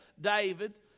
David